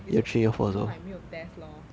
it's more it's more like 没有 test lor